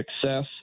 success